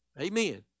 amen